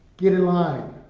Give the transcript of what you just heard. get in line.